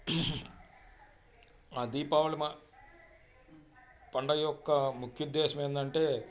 ఆ దీపావళి మా పండగ యొక్క ముఖ్యోద్దేశం ఏందంటే